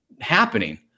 happening